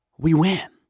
we win.